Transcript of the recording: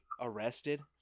arrested